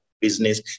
business